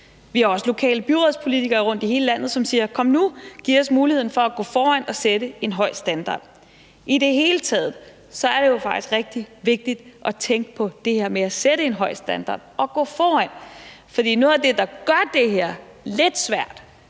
Vi har også lokale byrådspolitikere rundt i hele som siger: Kom nu, giv os muligheden for at gå foran og sætte en høj standard. I det hele taget er det jo faktisk rigtig vigtigt at tænke på det her med at sætte en høj standard og gå foran. For noget af det, der gør det her lidt svært,